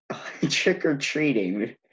trick-or-treating